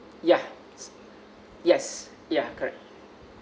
ya yes ya correct